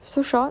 so short